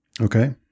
Okay